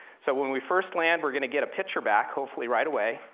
so when we first land, we're gonna get a picture back, hopefully right away,